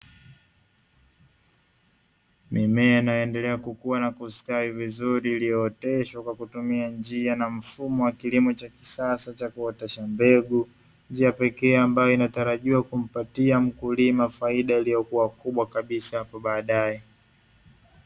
Mimea inayoendelea kukua na kustawi vizuri iliyooteshwa kwa kutumia njia na mfumo wa kilimo cha kisasa cha kuotesha mbegu, njia pekee ambayo inatarajiwa kumpatia mkulima faida iliyokuwa kubwa kabisa hapo baadaye.